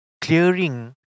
clearing